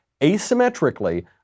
asymmetrically